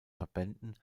verbänden